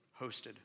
hosted